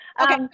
Okay